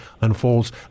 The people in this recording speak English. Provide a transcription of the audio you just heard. unfolds